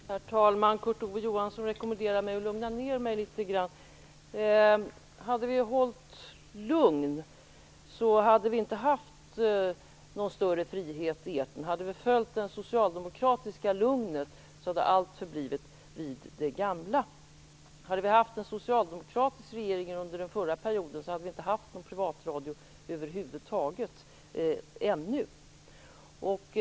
Herr talman! Kurt Ove Johansson rekommenderar att jag skall lugna ned mig litet grand. Om vi hade hållit oss lugna hade vi inte haft någon större frihet i etern. Om vi hade följt det socialdemokratiska lugnet så hade allt förblivit vid det gamla. Om vi hade haft en socialdemokratisk regering under den förra mandatperioden så hade vi ännu inte haft någon privatradio över huvud taget.